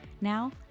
Now